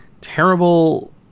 terrible